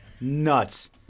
Nuts